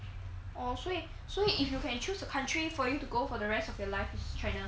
oh 所以 so if you can choose the country for you to go for the rest of your life it's china